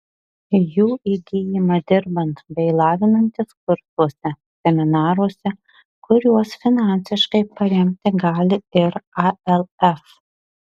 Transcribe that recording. jų įgyjama dirbant bei lavinantis kursuose seminaruose kuriuos finansiškai paremti gali ir alf